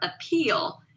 appeal